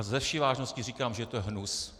Se vší vážností říkám, že to je hnus.